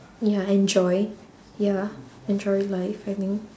ya enjoy ya enjoying life I mean